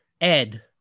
Ed